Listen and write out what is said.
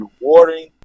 rewarding